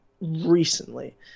recently